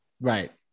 Right